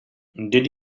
did